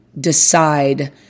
decide